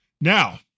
Now